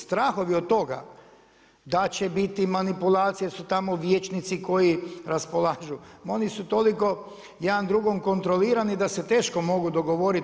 Strahovi od toga da će biti manipulacije jer su tamo vijećnici koji raspolažu, ma oni su toliko jedan drugom kontrolirani da se teško mogu dogovoriti.